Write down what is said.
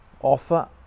offer